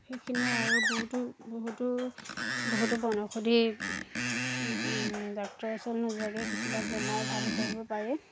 সেইখিনিয়ে আৰু বহুতো বহুতো বহুতো বনৌষধি ডাক্তৰৰ ওচৰত নোযোৱাকৈ কিছুমান বেমাৰ ভাল কৰিব পাৰে